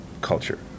culture